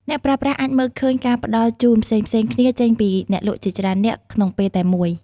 អ្នកប្រើប្រាស់អាចមើលឃើញការផ្តល់ជូនផ្សេងៗគ្នាចេញពីអ្នកលក់ជាច្រើននាក់ក្នុងពេលតែមួយ។